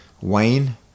Wayne